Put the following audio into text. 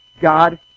God